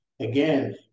Again